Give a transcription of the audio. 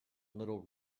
little